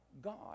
God